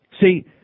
See